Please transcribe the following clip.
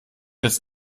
jetzt